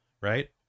right